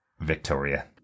Victoria